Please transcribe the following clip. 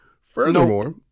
Furthermore